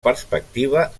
perspectiva